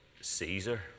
Caesar